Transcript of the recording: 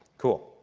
cool.